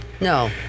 No